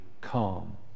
calm